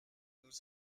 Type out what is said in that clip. nous